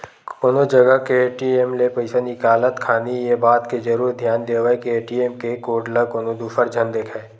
कोनो जगा के ए.टी.एम ले पइसा निकालत खानी ये बात के जरुर धियान देवय के ए.टी.एम के कोड ल कोनो दूसर झन देखय